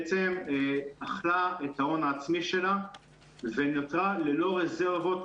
בעצם אכלה את ההון העצמי שלה ונותרה ללא רזרבות,